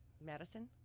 Madison